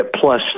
plus